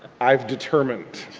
i've determined.